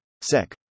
Sec